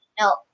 no